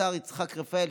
השר יצחק רפאל,